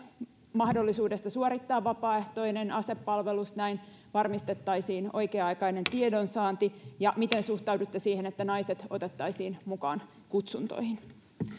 mahdollisuudesta suorittaa vapaaehtoinen asepalvelus näin varmistettaisiin oikea aikainen tiedonsaanti ja miten suhtaudutte siihen että naiset otettaisiin mukaan kutsuntoihin